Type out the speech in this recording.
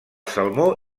salmó